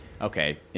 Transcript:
okay